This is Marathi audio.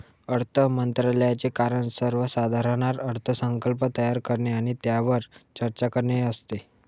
अर्थ मंत्रालयाचे काम सर्वसाधारण अर्थसंकल्प तयार करणे आणि त्यावर चर्चा करणे हे असते